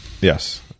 Yes